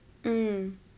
mm